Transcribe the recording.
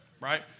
Right